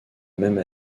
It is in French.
même